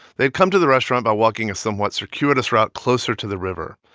they've come to the restaurant by walking a somewhat circuitous route closer to the river,